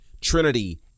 Trinity